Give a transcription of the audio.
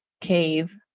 cave